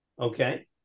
Okay